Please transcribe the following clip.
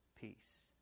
peace